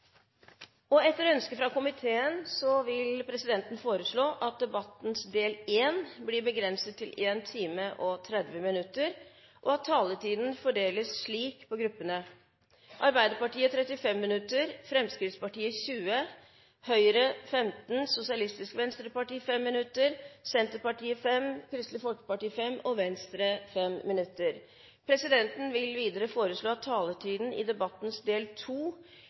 vedtatt. Etter ønske fra kommunal- og forvaltningskomiteen vil presidenten foreslå at debattens del 1 blir begrenset til 1 time og 30 minutter, og at taletiden fordeles slik på gruppene: Arbeiderpartiet 35 minutter, Fremskrittspartiet 20 minutter, Høyre 15 minutter, Sosialistisk Venstreparti, Senterpartiet, Kristelig Folkeparti og Venstre 5 minutter hver. Videre vil presidenten foreslå at taletiden i debattens del